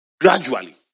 Gradually